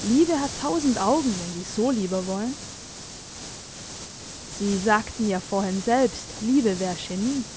liebe hat tausend augen wenn sie's so lieber wollen sie sagten ja vorhin selbst liebe wäre genie